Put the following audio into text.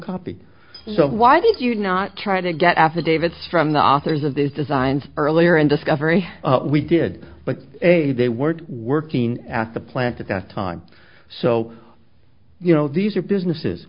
copy so why do you not try to get affidavits from the authors of these designs earlier and discovery we did but they weren't working at the plant at that time so you know these are businesses